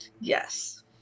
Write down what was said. Yes